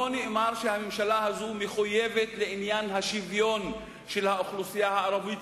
לא נאמר שהממשלה הזו מחויבת לעניין השוויון של האוכלוסייה הערבית,